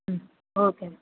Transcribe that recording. ம் ஓகேங்க